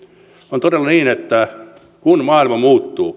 on todella niin että kun maailma muuttuu